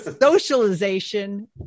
socialization